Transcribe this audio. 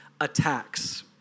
attacks